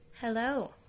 Hello